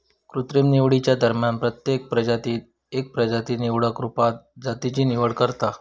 कृत्रिम निवडीच्या दरम्यान प्रत्येक प्रजातीत एक प्रजाती निवडक रुपात जातीची निवड करता